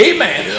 Amen